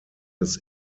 des